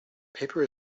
paper